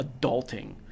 adulting